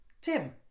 Tim